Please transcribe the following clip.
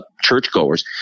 churchgoers